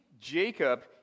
Jacob